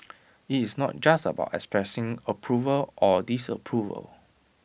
IT is not just about expressing approval or disapproval